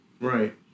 Right